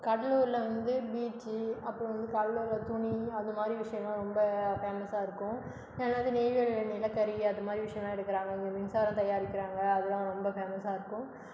கடலூரில் வந்து பீச்சு அப்புறம் வந்து கடலூரில் துணி அதுமாதிரி விஷயங்களெலாம் ரொம்ப ஃபேமஸாக இருக்கும் ரெண்டாவது நெய்வேலியில் நிலக்கரி அதுமாதிரி விஷயமெல்லாம் எடுக்கிறாங்க அங்கே மின்சாரம் தயாரிக்கிறாங்க அதுதான் ரொம்ப ஃபேமஸாக இருக்கும்